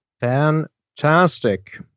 Fantastic